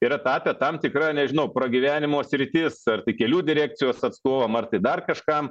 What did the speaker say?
yra tapę tam tikra nežinau pragyvenimo sritis ar tai kelių direkcijos atstovam ar tai dar kažkam